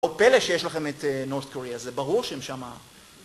לא פלא שיש לכם את נורת' קוריאה, זה ברור שהם שמה.